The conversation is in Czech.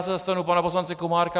Zastanu se pana poslance Komárka.